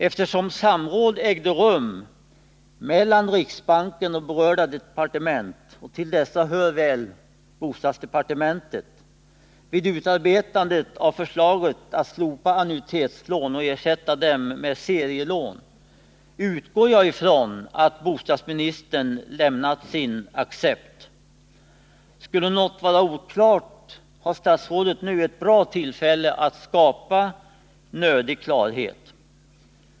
Eftersom samråd ägde rum mellan riksbanken och berörda departement — och till dessa hör väl bostadsdepartementet — vid utarbetandet av förslaget att slopa annuitetslån och ersätta dem med serielån, utgår jag ifrån att bostadsministern lämnat sin accept. Skulle något vara oklart har statsrådet nu ett bra tillfälle att skapa nödig klarhet.